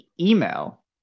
email